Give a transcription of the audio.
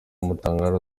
mutambagiro